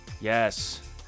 Yes